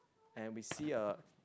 and we see a